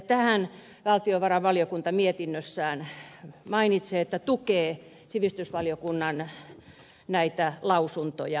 tähän valtiovarainvaliokunta mietinnössään mainitsee että se tukee näitä sivistysvaliokunnan lausuntoja